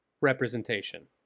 representation